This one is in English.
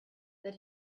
that